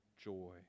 joy